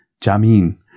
Jamin